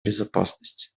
безопасности